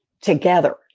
together